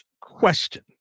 question